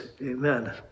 Amen